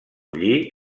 lli